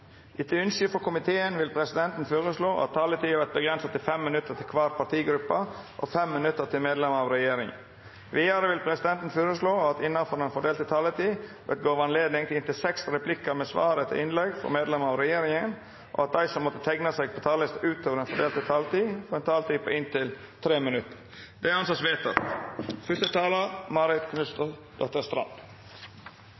Etter ønske fra arbeids- og sosialkomiteen vil presidenten foreslå at taletiden blir begrenset til 5 minutter til hver partigruppe og 5 minutter til medlemmer av regjeringen. Videre vil presidenten foreslå at det – innenfor den fordelte taletid – blir gitt anledning til inntil fem replikker med svar etter innlegg fra medlemmer av regjeringen, og at de som måtte tegne seg på talerlisten utover den fordelte taletid, får en taletid på inntil 3 minutter. – Det anses vedtatt.